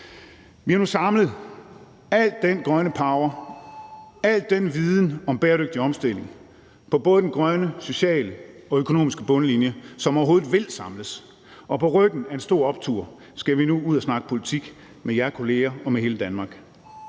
Vi har nu samlet al den grønne power, al den viden om bæredygtig omstilling for både den grønne, sociale og økonomiske bundlinje, som overhovedet vil samles, og på ryggen af en stor optur skal vi nu ud at snakke politik med jer kolleger og med hele Danmark.